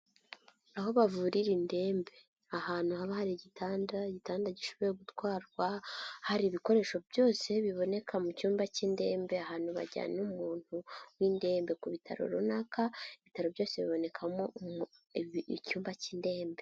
Aho bavurira indembe, ahantu haba hari igitanda, igitanda gishobora gutwarwa, hari ibikoresho byose biboneka mu cyumba cy'indembe, ahantu bajyana umuntu w'ingendo ku bitaro runaka, ibitaro byose bibonekamo icyumba cy'indembe.